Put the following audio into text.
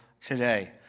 today